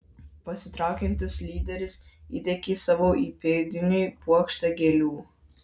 pasitraukiantis lyderis įteikė savo įpėdiniui puokštę gėlių